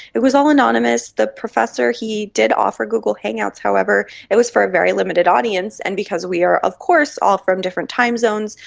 it was all anonymous, the professor, he did offer google hangouts, however it was for a very limited audience, and because we are of course all from different time zones,